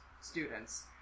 students